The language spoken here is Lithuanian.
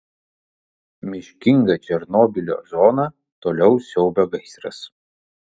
miškingą černobylio zoną toliau siaubia gaisras